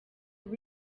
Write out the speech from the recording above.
kuba